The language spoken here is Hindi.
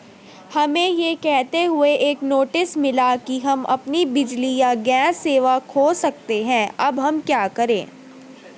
हमें यह कहते हुए एक नोटिस मिला कि हम अपनी बिजली या गैस सेवा खो सकते हैं अब हम क्या करें?